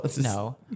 no